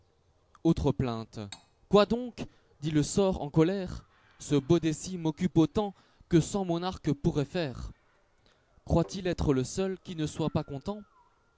autre plainte quoi donc dit le sort en colère ce baudet-ci m'occupe autant que centmonarques pourraient foire î croit-il être le seul qui ne soit pas content